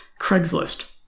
Craigslist